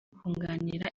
kunganira